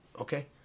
okay